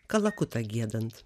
kalakutą giedant